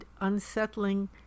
unsettling